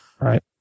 right